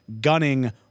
gunning